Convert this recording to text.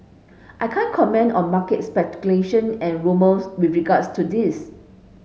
I can't comment on market speculation and rumours with regards to this